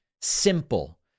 simple